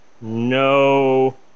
No